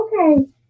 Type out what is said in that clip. Okay